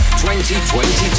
2022